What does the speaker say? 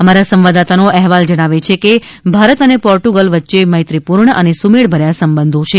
અમારા સંવાદદાતાનો અહેવાલ જણાવે છે કે ભારત અને પોર્ટુગલ વચ્ચેમૈત્રીપૂર્ણ અને સુમેળભર્યા સંબંધો છે